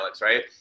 right